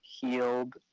healed